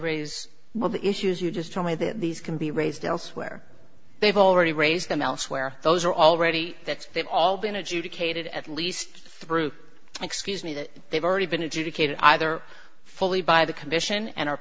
well the issues you just tell me that these can be raised elsewhere they've already raised them elsewhere those are already that they've all been adjudicated at least through excuse me that they've already been adjudicated either fully by the commission and are